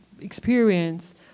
experience